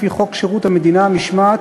לפי חוק שירות המדינה (משמעת),